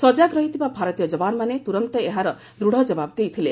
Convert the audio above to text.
ସଜାଗ ରହିଥିବା ଭାରତୀୟ ଯବାନମାନେ ତୁରନ୍ତ ଏହାର ଦୂଡ଼ ଜବାବ ଦେଇଥିଲେ